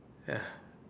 ya